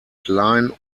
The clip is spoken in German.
klein